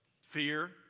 fear